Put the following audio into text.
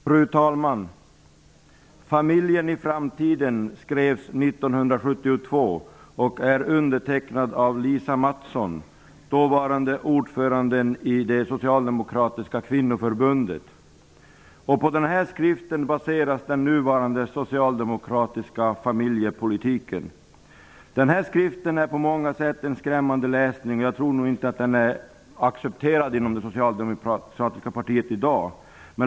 Fru talman! Skriften Familjen i framtiden kom ut 1972 och är undertecknad av Lisa Mattson, dåvarande ordföranden i Socialdemokratiska kvinnoförbundet. På den skriften baseras den nuvarande socialdemokratiska familjepolitiken. Den skriften är på många sätt en skrämmande läsning. Jag tror inte att den är accepterad inom det socialdemokratiska partiet i dag.